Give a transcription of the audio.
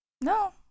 No